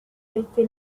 été